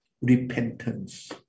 repentance